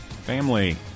family